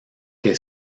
que